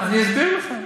אני אסביר לכם.